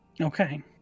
Okay